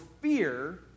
fear